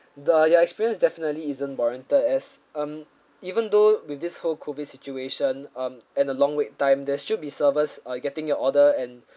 the your experience definitely isn't warranted as um even though with this whole COVID situation um and the long wait time there's still be servers uh you getting your order and